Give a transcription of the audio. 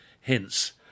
hence